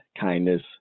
kindness